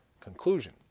conclusion